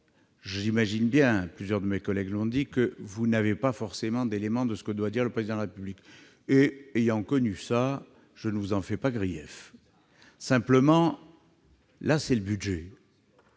j'imagine bien- plusieurs de mes collègues l'ont dit -que vous n'avez pas forcément d'éléments sur ce que doit dire le Président de la République. Ayant connu cette situation, je ne vous en fais pas grief. Simplement, nous débattons